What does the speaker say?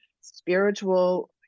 spiritual